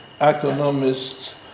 economists